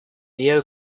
neo